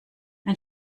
ein